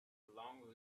long